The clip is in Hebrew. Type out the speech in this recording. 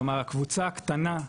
כלומר הקבוצה הקטנה,